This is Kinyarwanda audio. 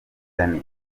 dani